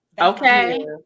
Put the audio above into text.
Okay